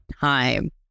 time